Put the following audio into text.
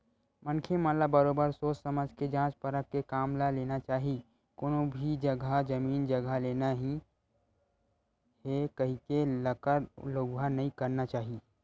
मनखे मन ल बरोबर सोझ समझ के जाँच परख के काम ल लेना चाही कोनो भी जघा जमीन जघा लेना ही हे कहिके लकर लउहा नइ करना चाही